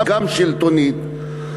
גם שלטונית,